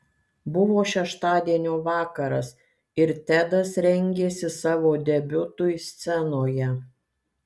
buvo šeštadienio vakaras ir tedas rengėsi savo debiutui scenoje